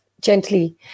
gently